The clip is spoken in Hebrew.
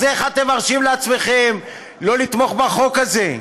אז איך אתם מרשים לעצמכם שלא לתמוך בחוק הזה?